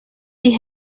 die